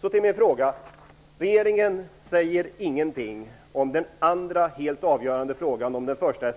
Så till min fråga. Regeringen säger ingenting om den andra helt avgörande frågan, arbetsrätten - om nu den första avgörande